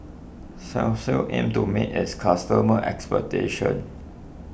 Selsun aims to meet its customers'expectations